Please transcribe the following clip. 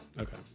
Okay